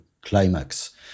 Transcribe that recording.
climax